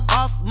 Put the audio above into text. off